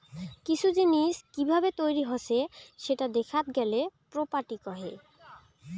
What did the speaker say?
কিসু জিনিস কি ভাবে তৈরী হসে সেটা দেখাত গেলে প্রপার্টি কহে